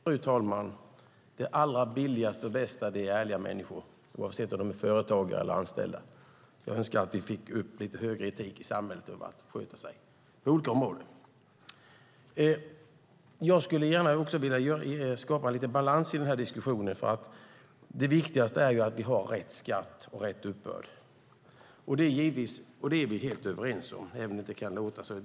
Fru talman! Det allra billigaste och bästa är ärliga människor, oavsett om de är företagare eller anställda. Jag önskar att vi fick lite högre etik i samhället på olika områden när det gäller att sköta sig. Jag skulle vilja skapa lite balans i denna diskussion. Det viktigaste är att vi har rätt skatt och rätt uppbörd. Det är vi helt överens om, även om det kanske inte låter så.